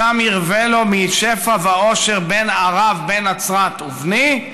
"שם ירווה לו משפע ועושר בן ערב, בן נצרת ובני",